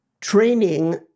training